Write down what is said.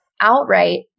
outright